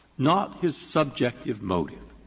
not his subjective motive.